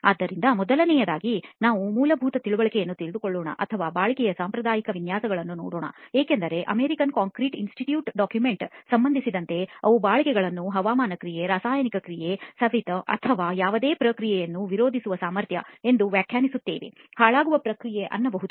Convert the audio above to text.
ಆದ್ದರಿಂದ ಮೊದಲನೆಯದಾಗಿ ನಾವು ಮೂಲಭೂತ ತಿಳುವಳಿಕೆಯನ್ನು ತೆಗೆದುಕೊಳ್ಳೋಣ ಅಥವಾ ಬಾಳಿಕೆಗೆ ಸಾಂಪ್ರದಾಯಿಕ ವ್ಯಾಖ್ಯಾನಗಳನ್ನು ನೋಡೋಣ ಏಕೆಂದರೆ ಅಮೆರಿಕನ್ ಕಾಂಕ್ರೀಟ್ ಇನ್ಸ್ಟಿಟ್ಯೂಟ್ ಡಾಕ್ಯುಮೆಂಟ್ಗೆ ಸಂಬಂಧಿಸಿದಂತೆ ಅವು ಬಾಳಿಕೆಗಳನ್ನು ಹವಾಮಾನ ಕ್ರಿಯೆ ರಾಸಾಯನಿಕ ದಾಳಿ ಸವೆತ ಅಥವಾ ಯಾವುದೇ ಪ್ರಕ್ರಿಯೆಯನ್ನು ವಿರೋಧಿಸುವ ಸಾಮರ್ಥ್ಯ ಎಂದು ವ್ಯಾಖ್ಯಾನಿಸುತ್ತವೆ ಹಾಳಾಗುವ ಪ್ರಕ್ರಿಯೆ ಅನ್ನಬಹದು